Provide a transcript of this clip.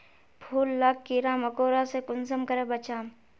फूल लाक कीड़ा मकोड़ा से कुंसम करे बचाम?